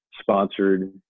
sponsored